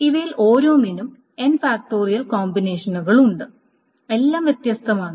ഇവയിൽ ഓരോന്നിനും കോമ്പിനേഷനുകൾ ഉണ്ട് എല്ലാം വ്യത്യസ്തമാണ്